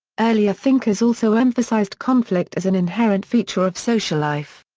earlier thinkers also emphasized conflict as an inherent feature of social life.